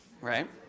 right